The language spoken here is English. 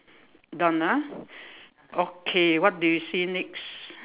done ah okay what do you see next